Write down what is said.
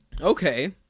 Okay